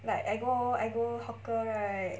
like I go I go hawker right